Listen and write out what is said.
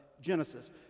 Genesis